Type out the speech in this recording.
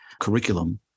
curriculum